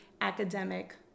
academic